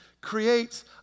creates